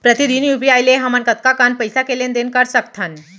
प्रतिदन यू.पी.आई ले हमन कतका कन पइसा के लेन देन ल कर सकथन?